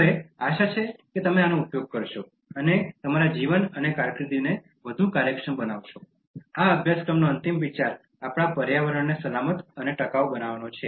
હવે આશા છે કે તમે આનો ઉપયોગ કરશો અને તમારા જીવન અને કારકિર્દીને વધુ કાર્યક્ષમ બનાવશો આ અભ્યાસક્રમનો અંતિમ વિચાર આપણા પર્યાવરણને સલામત અને ટકાઉ બનાવવાનો છે